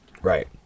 right